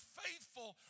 faithful